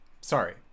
sorry